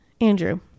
Andrew